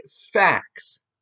facts